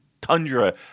tundra